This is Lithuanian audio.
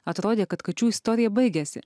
atrodė kad kačių istorija baigėsi